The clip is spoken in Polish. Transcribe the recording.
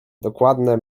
dokładne